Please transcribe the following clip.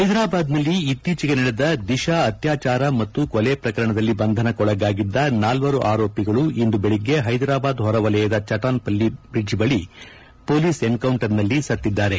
ಹೈದರಾಬಾದ್ನಲ್ಲಿ ಇತ್ತೀಚೆಗೆ ನಡೆದ ದಿಶಾ ಅತ್ಯಾಚಾರ ಮತ್ತು ಕೊಲೆ ಪ್ರಕರಣದಲ್ಲಿ ಬಂಧನಕೊಳಗಾಗಿದ್ದ ನಾಲ್ವರು ಆರೋಪಿಗಳು ಇಂದು ಬೆಳಗ್ಗೆ ಹೈದರಾಬಾದ್ ಹೊರವಲಯದ ಚಿಚಾನ್ಪಲ್ಲಿ ಬ್ರಿಡ್ಜ್ ಬಳಿ ಮೊಲೀಸ್ ಎನ್ಕೌಂಟರ್ನಲ್ಲಿ ಸತ್ತಿದ್ದಾರೆ